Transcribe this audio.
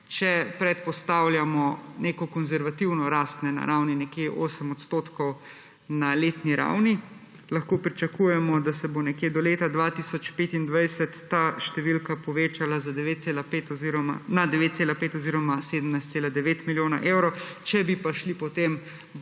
če predpostavljamo neko konservativno rast na ravni okrog 8 % na letni ravni, lahko pričakujemo, da se bo do leta 2025 ta številka povečala na 9,5 oziroma 17,9 milijona evrov. Če bi šli po tem